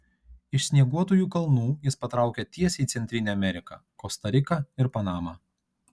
iš snieguotųjų kalnų jis patraukė tiesiai į centrinę ameriką kosta riką ir panamą